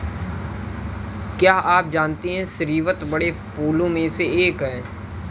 क्या आप जानते है स्रीवत बड़े फूलों में से एक है